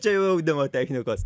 čia jau audimo technikos